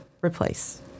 replace